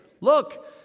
Look